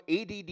ADD